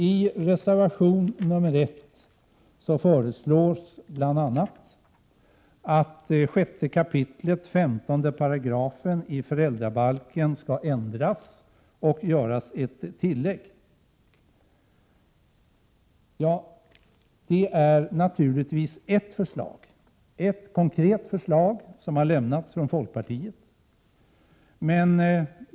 I reservation 1 föreslås bl.a. att 6 kap. 15 § föräldrabalken skall ändras och att till den skall göras ett tillägg. Det är ett konkret förslag som har lämnats från folkpartiet.